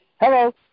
Hello